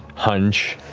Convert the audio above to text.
hunch,